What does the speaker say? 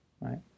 right